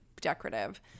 decorative